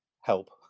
help